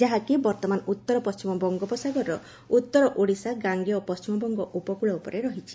ଯାହାକି ବର୍ଉମାନ ଉତ୍ତର ପଣ୍ଣିମ ବଙ୍ଗୋପସାଗରର ଉତ୍ତର ଓଡ଼ିଶା ଗାଙ୍ଗେୟ ପଣ୍ଣିମବଙ୍ଗ ଉପକୁଳ ଉପରେ ରହିଛି